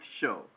show